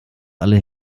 alle